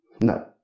No